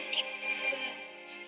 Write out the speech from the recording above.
expert